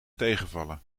tegenvallen